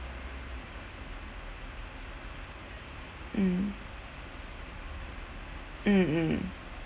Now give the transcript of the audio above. mm mm mm